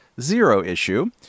zero-issue